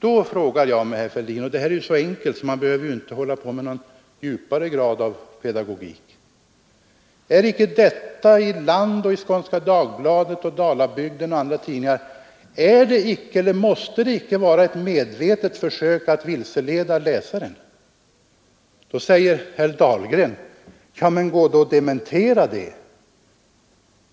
Då frågar jag, herr Fälldin, och det här är så enkelt att man inte behöver ägna sig åt någon djupare pedagogik: Är icke detta i Land, i Skånska Dagbladet, i Dalabygden och andra tidningar ett medvetet försök att vilseleda läsaren? Nu säger herr Dahlgren: Ja, men gå då ut och dementera det.